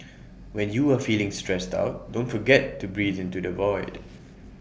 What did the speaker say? when you are feeling stressed out don't forget to breathe into the void